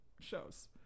shows